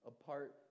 apart